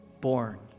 born